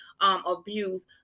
abuse